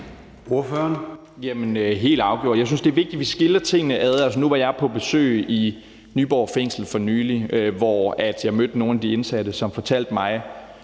helt afgjort. Jeg synes, at det er vigtigt, at vi skiller tingene ad. Nu var jeg for nylig på besøg i Nyborg Fængsel, hvor jeg mødte nogle af de indsatte, som bl.a.fortalte mig